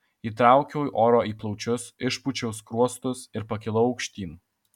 įtraukiau oro į plaučius išpūčiau skruostus ir pakilau aukštyn